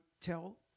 tell